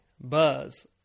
buzz